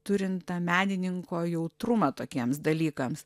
turint tą menininko jautrumą tokiems dalykams